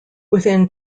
within